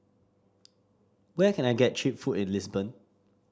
where can I get cheap food in Lisbon